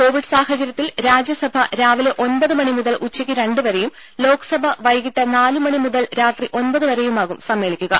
Covid സാഹചര്യത്തിൽ രാജ്യസഭ രാവിലെ ഒൻപത് മണി മുതൽ ഉച്ചക്ക് രണ്ട് വരെയും ലോക്സഭ വൈകീട്ട് നാലുമണി മുതൽ രാത്രി ഒൻപത് വരെയുമാകും സമ്മേളിക്കുക